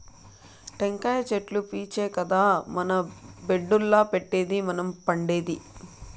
టెంకాయ చెట్లు పీచే కదా మన బెడ్డుల్ల పెట్టేది మనం పండేది